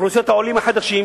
אוכלוסיות העולים החדשים,